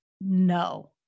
No